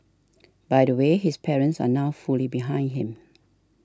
by the way his parents are now fully behind him